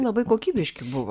labai kokybiški buvo